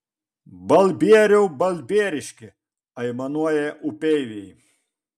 balbieriau balbieriški aimanuoja upeiviai